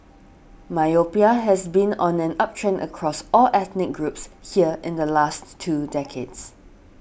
myopia has been on an uptrend across all ethnic groups here in the last two decades